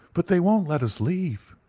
but they won't let us leave,